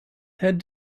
had